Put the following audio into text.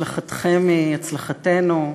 הצלחתכם היא הצלחתנו.